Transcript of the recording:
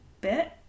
bit